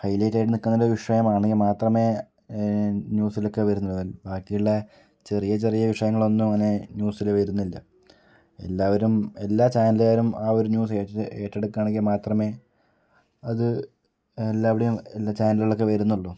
highlight ആയിട്ട് നിക്കണ ഒരു വിഷയം ആണെങ്കിൽ മാത്രമേ ന്യൂസിലൊക്കെ വരുന്നുള്ളു ബാക്കിയുള്ള ചെറിയ ചെറിയ വിഷയങ്ങളൊന്നും അങ്ങനെ ന്യൂസില് വരുന്നില്ല എല്ലാവരും എല്ലാ ചാനലുകാരും ആ ഒരു ന്യൂസ് ഏറ്റ് ഏറ്റെടുക്കുകയാണെങ്കിൽ മാത്രമേ അത് എല്ലാവിടേയും എല്ലാ ചാനലുകളിലൊക്കെ വരുന്നുള്ളൂ